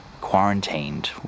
quarantined